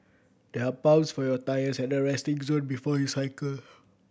there are pumps for your tyres at the resting zone before you cycle